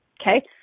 Okay